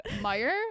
Meyer